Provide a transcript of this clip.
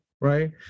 right